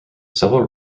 several